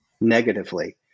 negatively